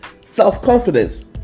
self-confidence